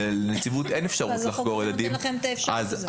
לנציבות אין אפשרות לחקור ילדים --- אז